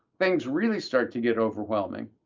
things really start to get overwhelming.